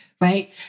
Right